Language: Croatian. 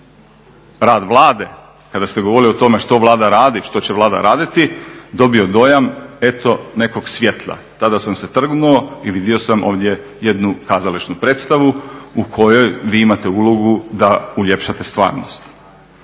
rad Vlade, kada ste govorili o tome što Vlada radi i što će Vlada raditi, dobio dojam, eto nekog svijetla. Tada sam se trgnuo i vidio sam ovdje jednu kazališnu predstavu u kojoj vi imate ulogu da uljepšate stvarnost.